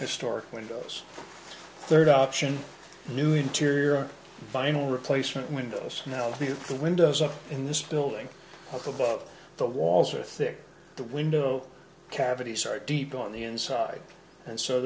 historic windows third option new interior vinyl replacement windows now the windows up in this building up above the walls are thick the window cavities are deep on the inside and so